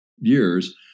years